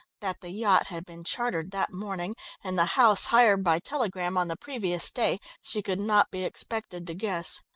that the yacht had been chartered that morning and the house hired by telegram on the previous day, she could not be expected to guess.